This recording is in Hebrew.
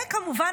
וכמובן,